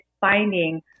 finding